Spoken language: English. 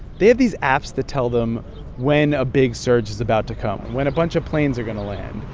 they have these apps that tell them when a big surge is about to come, when a bunch of planes are going to land.